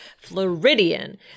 Floridian